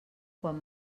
quan